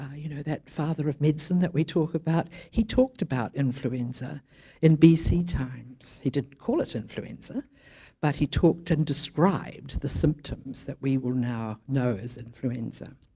ah you know that father of medicine that we talk about he talked about influenza in bc times. he didn't call it influenza but he talked and described the symptoms that we will now know as influenza